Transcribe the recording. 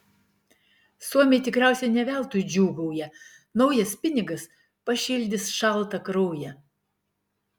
suomiai tikriausiai ne veltui džiūgauja naujas pinigas pašildys šaltą kraują